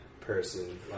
person